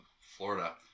Florida